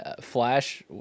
Flash